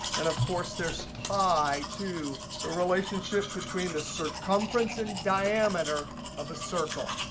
and, of course, there's pi two, the relationship between the circumference and diameter of a circle.